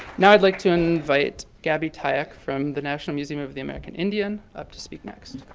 now i'd like to invite gabby tayac from the national museum of the american indian up to speak next.